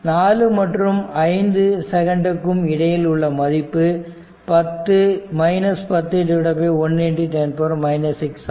4 மற்றும் 5 செகண்ட்டுக்கும் இடையில் உள்ள மதிப்பு 10110 6 ஆகும்